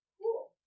cool